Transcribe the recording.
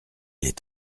est